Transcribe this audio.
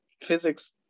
physics